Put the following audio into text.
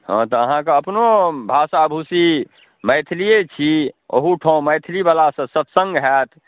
हँ तऽ अहाँके अपनो भाषा भूषी मैथिलिए छी अहूठाम मैथिलीवलासँ सत्सङ्ग हैत